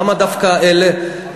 למה דווקא אלה?